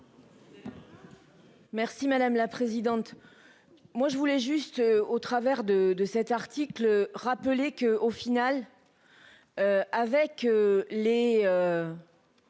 Merci madame la présidente. Moi je voulais juste au travers de de cet article rappeler que au final. Avec les.